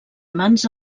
mans